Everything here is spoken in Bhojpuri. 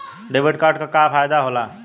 डेबिट कार्ड क का फायदा हो ला?